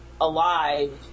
alive